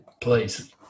please